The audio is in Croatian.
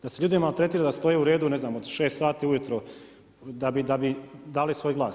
Da se ljude maltretira da stoje u redu, ne znam, od 6 sati ujutro, da bi dali svoj glas.